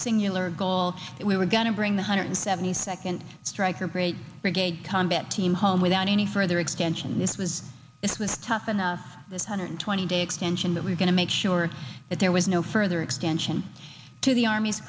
singular goal if we were going to bring the hundred and seventy second stryker brigade brigade combat team home without any further extension this was this was tough enough this hundred twenty day extension that we're going to make sure that there was no further extension to the army's